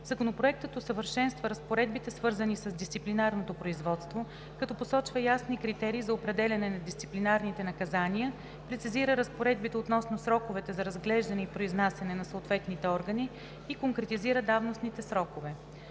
Законопроектът усъвършенства разпоредбите, свързани с дисциплинарното производство, като посочва ясни критерии за определяне на дисциплинарните наказания, прецизира разпоредбите относно сроковете за разглеждане и произнасяне на съответните органи и конкретизира давностните срокове.